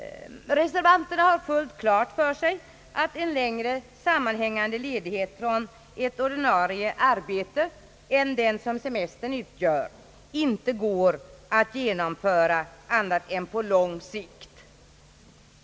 Reservanterna har fullt klart för sig att en längre sammanhängande ledighet från ett ordinarie arbete än den som semestern utgör inte går att genomföra annat än på lång sikt.